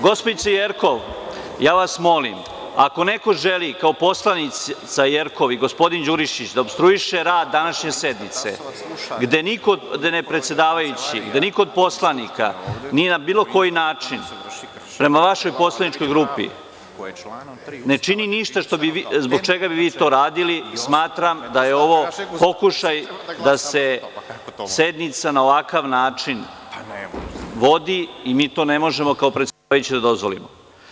Gospođice Jerkov ja vas molim, ako neko želi kao poslanica Jerkov i gospodin Đurišić da opstrujiše rad današnje sednice, gde niko od poslanika nije na bilo koji način prema vašoj poslaničkoj grupi, ne čini ništa zbog čega bi vi to radili, smatram da je ovo pokušaj da se sednica na ovakav način vodi i mi to ne možemo, ja kao predsedavajući, da to dozvolimo.